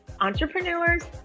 entrepreneurs